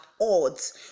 odds